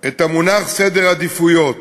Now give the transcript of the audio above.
את המונח "סדר עדיפויות".